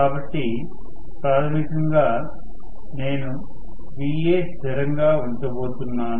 కాబట్టి ప్రాథమికంగా నేను Va స్థిరంగా ఉంచబోతున్నాను